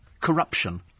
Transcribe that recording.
Corruption